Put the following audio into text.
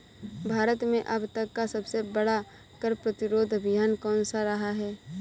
भारत में अब तक का सबसे बड़ा कर प्रतिरोध अभियान कौनसा रहा है?